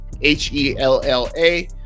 H-E-L-L-A